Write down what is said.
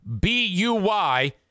B-U-Y